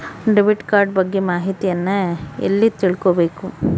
Debit card ಬಗ್ಗೆ ಮಾಹಿತಿಯನ್ನ ಎಲ್ಲಿ ತಿಳ್ಕೊಬೇಕು?